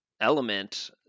element